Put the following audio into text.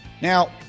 Now